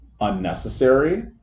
unnecessary